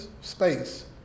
space